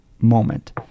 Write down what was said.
moment